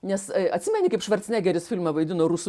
nes atsimeni kaip švarcnegeris filme vaidino rusų